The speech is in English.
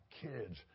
kids